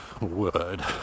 word